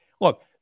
look